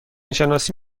شناسی